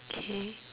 K